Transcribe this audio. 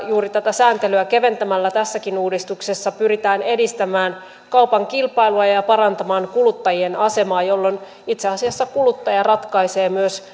juuri sääntelyä keventämällä tässäkin uudistuksessa pyritään edistämään kaupan kilpailua ja ja parantamaan kuluttajien asemaa jolloin itse asiassa kuluttaja ratkaisee myös